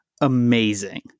amazing